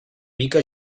mica